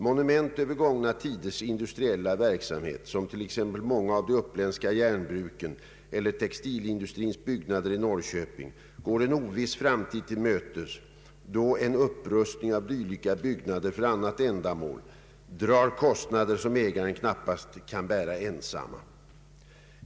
Monument över gångna tiders industriella verksamhet, som t.ex. många av de uppländska järnbruken eller textilindustrins byggnader i Norrköping går en oviss framtid till mötes då en upprustning av dylika byggnader för annat ändamål drar kostnader som ägarna knappast kan bära ensamma.